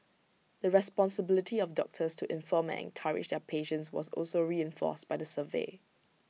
the responsibility of doctors to inform and encourage their patients was also reinforced by the survey